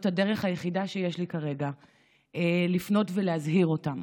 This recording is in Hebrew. הדרך היחידה שיש לי כרגע לפנות ולהזהיר אותם.